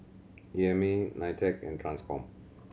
E M A NITEC and Transcom